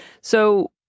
So-